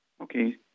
Okay